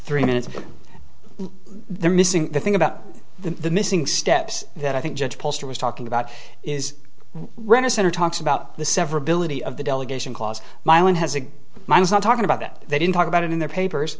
three minutes they're missing the thing about the missing steps that i think judge poster was talking about is rennison or talks about the severability of the delegation clause mylan has a mine is not talking about that they didn't talk about it in their papers